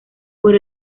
por